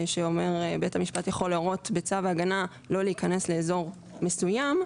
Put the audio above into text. שאומר שבית המשפט יכול להורות בצו הגנה לא להיכנס לאזור מסוים,